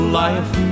life